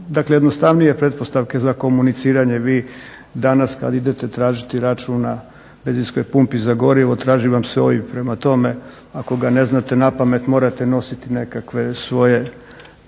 stvaraju jednostavnije pretpostavke za komuniciranje. Vi danas kad idete račun na benzinskoj pumpi za gorivo traži vam se OIB, prema tome ako ga ne znate napamet morate nositi nekakve svoje